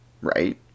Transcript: Right